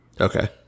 Okay